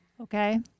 okay